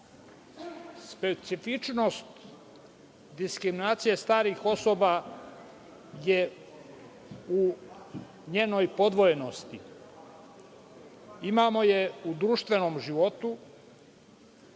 stanova. Specifičnost diskriminacije starih osoba je u njenoj podvojenosti. Imamo je u društvenom životu